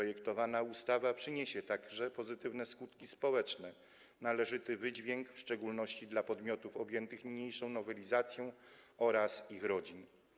Projektowana ustawa przyniesie także pozytywne skutki społeczne, ma należyty wydźwięk, w szczególności dla podmiotów objętych niniejszą nowelizacją oraz ich rodzin.